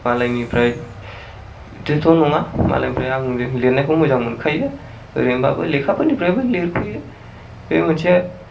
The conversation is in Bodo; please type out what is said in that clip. मालायनिफ्राय देथ' नङा मालायनिफ्राय आं लिरनायखौ मोजां मोनखायो ओरैनोबाबो लेखाफोरनिफ्रायबो लिरख'यो बे मोनसे